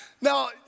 Now